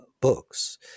books